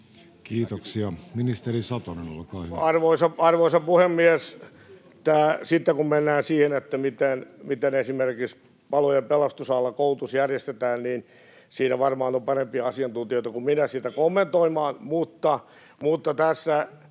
Haatainen sd) Time: 16:25 Content: Arvoisa puhemies! Sitten kun mennään siihen, miten esimerkiksi palo- ja pelastusalalla koulutus järjestetään, niin siinä varmaan on parempia asiantuntijoita kuin minä sitä kommentoimaan, [Vasemmalta: